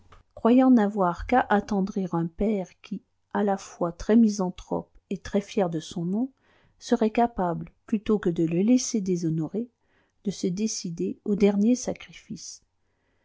croyant n'avoir qu'à attendrir un père qui à la fois très misanthrope et très fier de son nom serait capable plutôt que de le laisser déshonorer de se décider aux derniers sacrifices